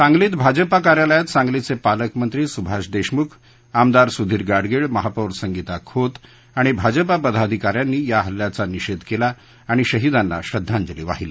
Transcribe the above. सांगलीत भाजपा कार्यालयात सांगलीचे पालकमंत्री सुभाष देशमुख आमदार सुधीर गाडगीळ महापौर संगीता खोत आणि भाजपा पदाधिकाऱ्यांनी या हल्ल्याचा निषेध केला आणि शहीदांना श्रद्वांजली वाहिली